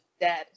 dead